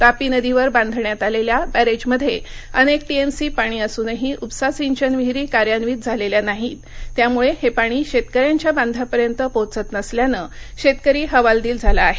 तापी नदीवर बांधण्यात आलेल्या बँरेजमध्ये अनेक टिएमसी पाणी असूनही उपसा सिंचन विहीरी कार्यन्वीत झालेल्या नाहीत त्यामुळे हे पाणी शेतकऱ्यांच्या बांधापर्यंत पोहचत नसल्याने शेतकरी हवालदिल झाला आहे